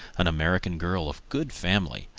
an american girl of good family.